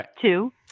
two